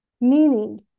Meaning